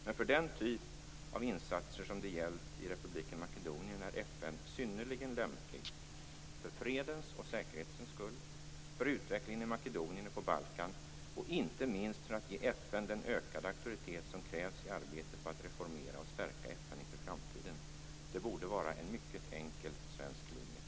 Men för den typ av insatser som det gällt i republiken Makedonien är FN synnerligen lämplig som ansvarig - för fredens och säkerhetens skull, för utvecklingen i Makedonien och på Balkan och inte minst för att ge FN den ökade auktoritet som krävs i arbetet med att reformera och stärka FN inför framtiden. Det borde vara en mycket enkel svensk linje.